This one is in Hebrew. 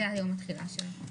זה יום התחילה שלו.